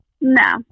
No